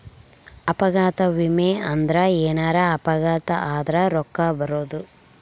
ಅಪಘಾತ ವಿಮೆ ಅಂದ್ರ ಎನಾರ ಅಪಘಾತ ಆದರ ರೂಕ್ಕ ಬರೋದು